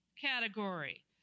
category